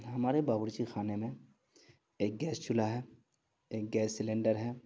ہمارے باورچی خانے میں ایک گیس چولہا ہے ایک گیس سلنڈر ہے